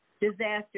Disaster